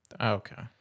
Okay